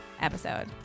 episode